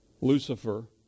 Lucifer